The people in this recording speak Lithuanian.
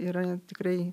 yra tikrai